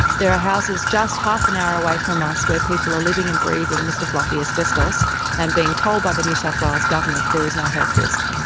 there are houses just half an hour away from us where people are living and breathing mr fluffy asbestos and being told by the new south wales government there is no health risk.